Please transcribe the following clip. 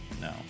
No